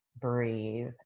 breathe